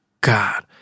God